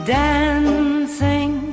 dancing